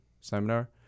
seminar